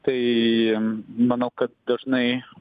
tai manau kad dažnai